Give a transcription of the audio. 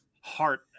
heart